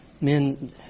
Men